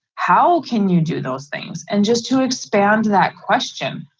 how can you do those things? and just to expand that question,